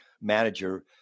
manager